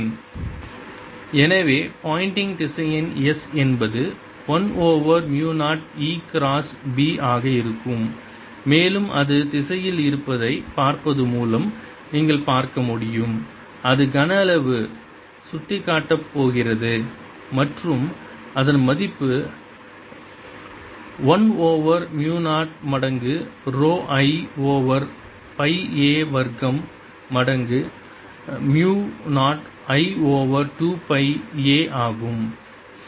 B0I2πa எனவே போயிண்டிங் திசையன் S என்பது 1 over mu 0 E cross B ஆக இருக்கும் மேலும் அது திசையில் இருப்பதைப் பார்ப்பது மூலம் நீங்கள் பார்க்க முடியும் அது கன அளவு சுட்டிக்காட்டப்படப்போகிறது மற்றும் அதன் மதிப்பு 1 ஓவர் மு 0 மடங்கு rho I over pi a வர்க்கம் முடங்கு mu 0 I over 2 pi a ஆகும்